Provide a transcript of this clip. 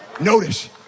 Notice